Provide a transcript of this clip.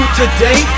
today